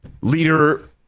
leader